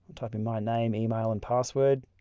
type in my name email and password